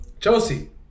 Chelsea